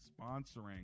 sponsoring